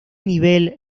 nivel